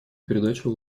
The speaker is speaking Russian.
передачу